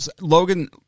Logan